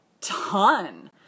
ton